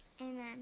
Amen